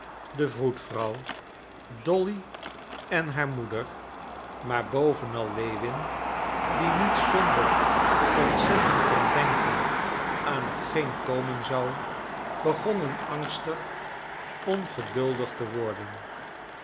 de vroedvrouw dolly en haar moeder maar bovenal lewin die niet zonder ontzetting kon denken aan hetgeen komen zou begonnen angstig ongeduldig te worden